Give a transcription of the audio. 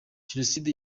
jenoside